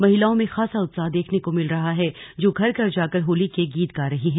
महिलाओं में खासा उत्साह देखने को मिल रहा है जो घर घर जाकर होली के गीत गा रही हैं